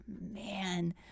Man